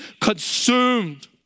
consumed